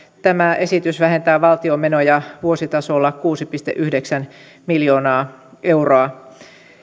tämä esitys vähentää valtion menoja vuositasolla kuusi pilkku yhdeksän miljoonaa euroa